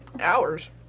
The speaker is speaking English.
Hours